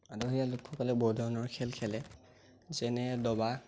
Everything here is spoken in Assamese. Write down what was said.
আদহীয়া লোকসকলে বহু ধৰণৰ খেল খেলে যেনে দবা